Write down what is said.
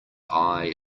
eye